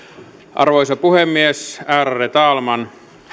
arvoisa puhemies ärade talman